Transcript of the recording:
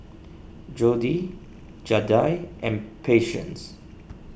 Jodi Zaida and Patience